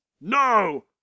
no